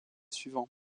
suivant